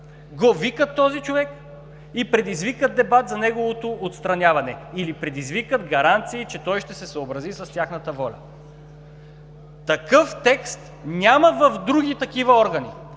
го викат този човек и предизвикват дебат за неговото отстраняване или предизвикват гаранции, че той ще се съобрази с тяхната воля. Такъв текст няма в други такива органи!